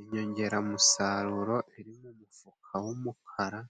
Inyongeramusaruro iri mu mufuka w'umukara